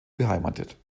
beheimatet